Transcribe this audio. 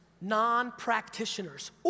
non-practitioners